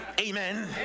Amen